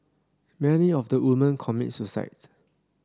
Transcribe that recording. many of the women commit suicides